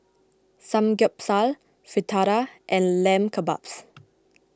Samgeyopsal Fritada and Lamb Kebabs